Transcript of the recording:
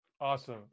Awesome